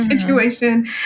situation